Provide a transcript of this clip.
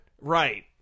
Right